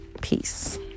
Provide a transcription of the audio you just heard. Peace